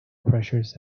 pressures